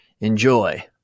enjoy